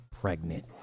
pregnant